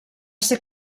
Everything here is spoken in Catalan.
ser